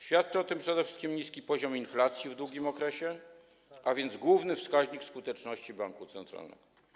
Świadczy o tym przede wszystkim niski poziom inflacji w długim okresie, a więc główny wskaźnik skuteczności banku centralnego.